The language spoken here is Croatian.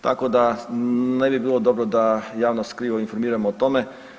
Tako da ne bi bilo dobro da javnost krivo informiramo o tome.